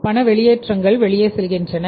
பணவெளியேற்றங்கள் வெளியே செல்கின்றன